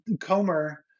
Comer